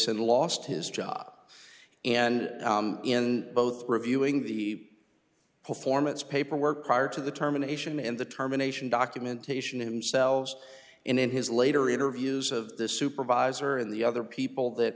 and lost his job and in both reviewing the performance paperwork prior to the terminations and the terminations documentation and selves and in his later interviews of the supervisor and the other people that